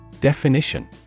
Definition